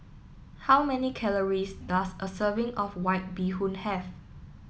how many calories does a serving of White Bee Hoon have